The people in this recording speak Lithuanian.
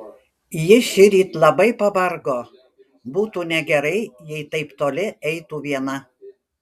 ji šįryt labai pavargo būtų negerai jei taip toli eitų viena